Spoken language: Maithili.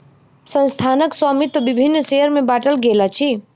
संस्थानक स्वामित्व विभिन्न शेयर में बाटल गेल अछि